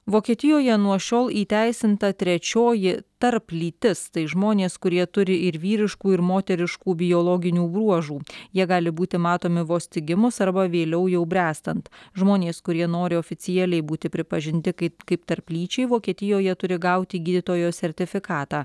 vokietijoje nuo šiol įteisinta trečioji tarplytis tai žmonės kurie turi ir vyriškų ir moteriškų biologinių bruožų jie gali būti matomi vos tik gimus arba vėliau jau bręstant žmonės kurie nori oficialiai būti pripažinti kaip kaip tarplyčiai vokietijoje turi gauti gydytojo sertifikatą